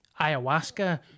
ayahuasca